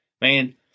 Man